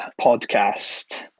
podcast